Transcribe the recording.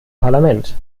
parlament